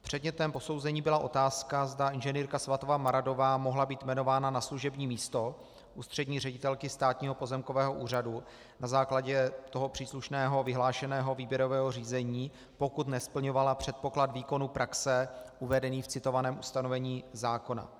Předmětem posouzení byla otázka, zda inženýrka Svatava Maradová mohla být jmenována na služební místo ústřední ředitelky Státního pozemkového úřadu na základě toho příslušného vyhlášeného výběrového řízení, pokud nesplňovala předpoklad výkonu praxe uvedený v citovaném ustanovení zákona.